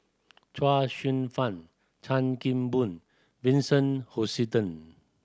Chuang Hsueh Fang Chan Kim Boon Vincent Hoisington